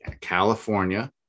California